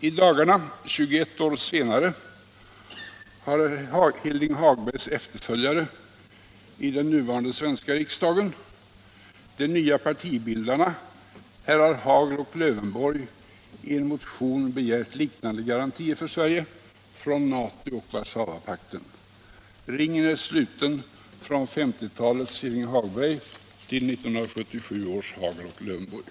I dagarna, 21 år senare, har Hilding Hagbergs efterföljare i den nuvarande svenska riksdagen, de nya partibildarna herrar Hagel och Lövenborg, i en motion begärt liknande garantier för Sverige från NATO och Warszawapakten. Ringen är sluten — från 1950 talets Hilding Hagberg till 1977 års Hagel och Lövenborg.